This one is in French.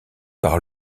par